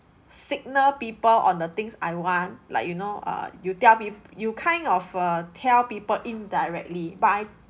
signal people on the things I want like you know err you tell peo~ you kind of err tell people indirectly but I